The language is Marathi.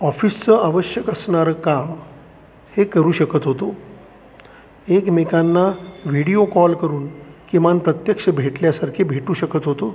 ऑफिसचं आवश्यक असणारं काम हे करू शकत होतो एकमेकांना व्हिडिओ कॉल करून किमान प्रत्यक्ष भेटल्यासारखे भेटू शकत होतो